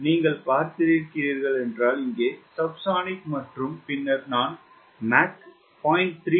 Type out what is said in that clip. ஆனால் நீங்கள் பார்த்திருக்கிறீர்கள் என்றால் இங்கே சப்ஸோனிக் மற்றும் பின்னர் நான் மாக் 0